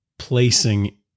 placing